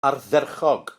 ardderchog